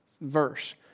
verse